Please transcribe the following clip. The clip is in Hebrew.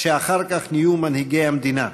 שאחר כך נהיו מנהיגי המדינה,